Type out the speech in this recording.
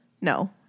No